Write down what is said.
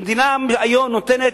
המדינה היום נותנת,